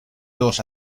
los